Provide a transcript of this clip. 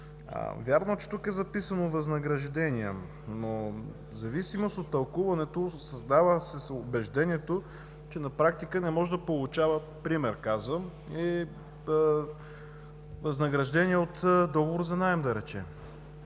Вярно, че тук е записано „възнаграждения“, но в зависимост от тълкуването, се създава убеждението, че на практика не може да получава, например, възнаграждение от договор за наем. Според